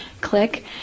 click